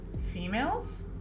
Females